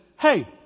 Hey